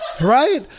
right